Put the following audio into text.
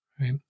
Right